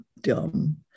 dumb